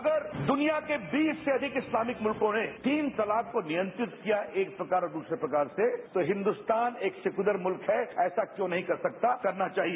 अगर दुनिया के बीस से अधिक इस्लामिक मुल्कों ने तीन तलाक को नियंत्रित किया एक प्रकार और दूसरे प्रकार से तो हिंदुस्तान एक सेकुलर मुल्क है तो ऐसा क्यों नहीं कर सकता ऐसा करना चाहिए